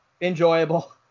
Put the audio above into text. enjoyable